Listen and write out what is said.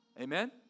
Amen